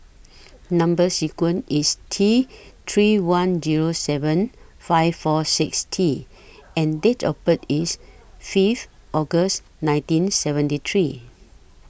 Number sequence IS T three one Zero seven five four six T and Date of birth IS Fifth August nineteen seventy three